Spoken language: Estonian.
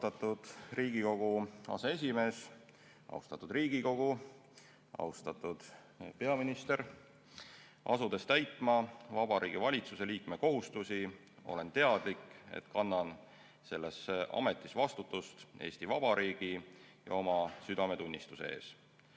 Austatud Riigikogu aseesimees! Austatud Riigikogu! Austatud peaminister! Asudes täitma Vabariigi Valitsuse liikme kohustusi, olen teadlik, et kannan selles ametis vastutust Eesti Vabariigi ja oma südametunnistuse ees.